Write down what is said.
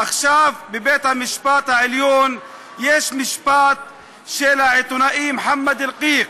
עכשיו יש בבית-המשפט העליון משפט של העיתונאי מוחמד אלקיק.